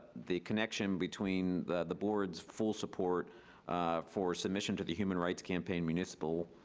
the connection between the the board's full support for submission to the human rights campaign municipal